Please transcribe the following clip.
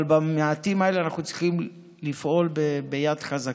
אבל עם המעטים האלה אנחנו צריכים לפעול ביד חזקה,